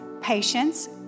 patience